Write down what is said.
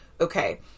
okay